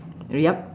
yup